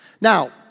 Now